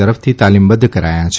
તરફથી તાલીમબધ્ધ કરાથાં છે